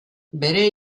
bere